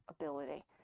ability